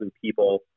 people